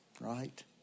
right